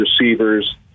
receivers